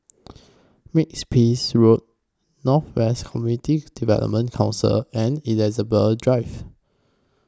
Makes Peace Road North West Community Development Council and Elizabeth Drive